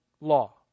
law